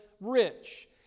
rich